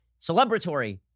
celebratory